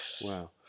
wow